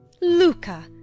Luca